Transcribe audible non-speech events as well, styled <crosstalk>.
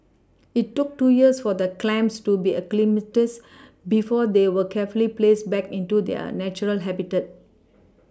it took two years for the clams to be acclimatised before they were carefully placed back into their natural habitat <noise>